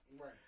Right